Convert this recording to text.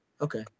okay